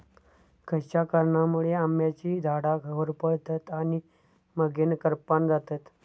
खयच्या कारणांमुळे आम्याची झाडा होरपळतत आणि मगेन करपान जातत?